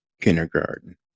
kindergarten